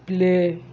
play